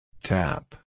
Tap